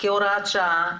כהוראת שעה,